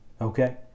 Okay